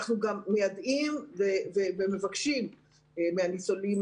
אנחנו גם מיידעים ומבקשים מן הניצולים